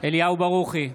אליהו ברוכי,